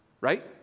right